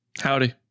Howdy